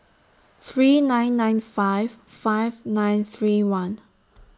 three nine nine five five nine three one